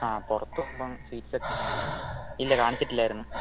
ആ പുറത്ത് പോകുമ്പം സ്വീറ്റ്സാ കഴിക്കുന്നത് ഇല്ല കാണിച്ചിട്ടില്ലായിരുന്നു